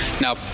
now